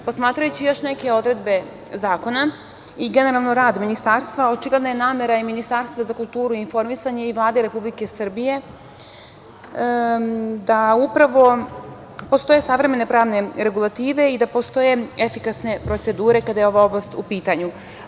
Posmatrajući još neke odredbe zakona i generalno rad Ministarstva, očigledna je namera i Ministarstva za kulturu i informisanje i Vlade Republike Srbije da upravo postoje savremene pravne regulative i da postoje efikasne procedure kada je ova oblast u pitanju.